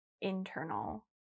internal